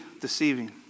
deceiving